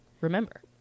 remember